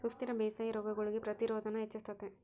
ಸುಸ್ಥಿರ ಬೇಸಾಯಾ ರೋಗಗುಳ್ಗೆ ಪ್ರತಿರೋಧಾನ ಹೆಚ್ಚಿಸ್ತತೆ